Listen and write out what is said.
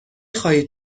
خواهید